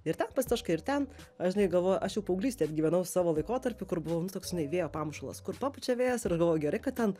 ir ten pasitaškai ir ten aš žinai galvoju aš jau paauglystėj gyvenau savo laikotarpį kur buvau toks žinai vėjo pamušalas kur papučia vėjas ir aš galvoju gerai kad ten